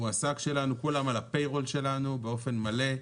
מועסק שלנו, כולם על הפיירול שלנו באופן מלא.